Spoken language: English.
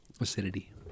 acidity